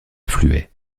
affluait